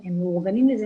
הם מורגלים לזה,